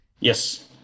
Yes